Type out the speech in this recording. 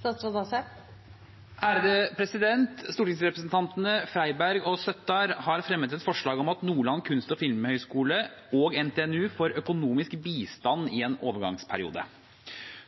Stortingsrepresentantene Freiberg og Søttar har fremmet et forslag om at Nordland kunst- og filmhøgskole og NTNU får økonomisk bistand i en overgangsperiode.